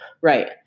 Right